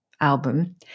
album